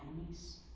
enemies